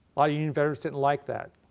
ah union veterans didn't like that.